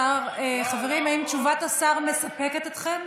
חברים, האם תשובת השר מספקת אתכם?